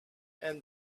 and